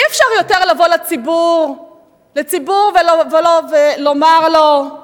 אי-אפשר יותר לבוא לציבור ולומר לו,